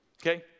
Okay